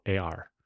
AR